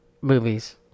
movies